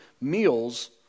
meals